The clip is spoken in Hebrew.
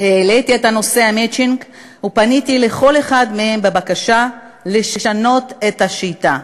העליתי את נושא המצ'ינג ופניתי לכל אחד מהם בבקשה לשנות את השיטה.